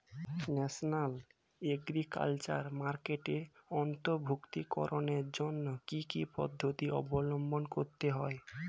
National agriculture মার্কেটে অন্তর্ভুক্তিকরণের জন্য কি কি পদ্ধতি অবলম্বন করতে হয়?